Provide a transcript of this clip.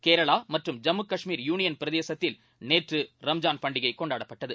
கேரளாமற்றும் Jammu Kashmir union பிரதேசத்தில் நேற்றுரம்ஜான் பண்டிகைகொண்டாடப்பட்டது